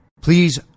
Please